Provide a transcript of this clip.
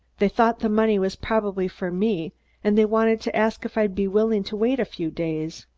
they thought the money was probably for me and they wanted to ask if i'd be willing to wait a few days.